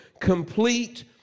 complete